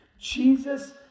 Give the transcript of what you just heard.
Jesus